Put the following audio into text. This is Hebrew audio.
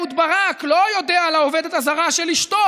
ואהוד ברק לא יודע על העובדת הזרה של אשתו,